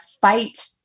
fight